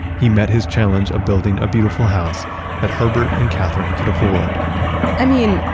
he met his challenge of building a beautiful house that herbert and katherine could afford i mean,